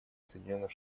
соединенных